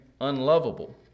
unlovable